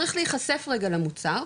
צריך להיחשף רגע למוצר,